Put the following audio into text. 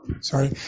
Sorry